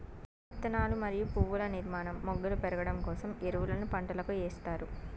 విత్తనాలు మరియు పువ్వుల నిర్మాణం, మొగ్గలు పెరగడం కోసం ఎరువులను పంటలకు ఎస్తారు